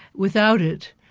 without it,